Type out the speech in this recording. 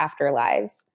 Afterlives